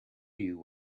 you